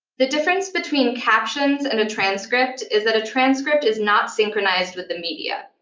the difference between captions and a transcript is that a transcript is not synchronized with the media.